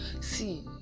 see